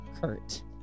Kurt